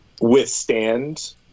withstand